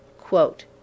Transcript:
quote